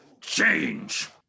change